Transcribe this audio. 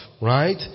right